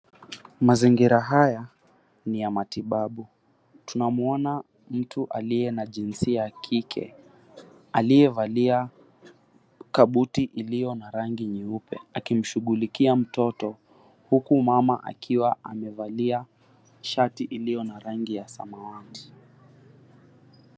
Mazingira haya ni ya matibabu. Tunamwona mtu aliye na jinsia ya kike, aliyevalia kabuti iliyo na rangi nyeupe, akimshughulikia mtoto, huku mama akiwa amevalia shati iliyo na rangi ya samawati.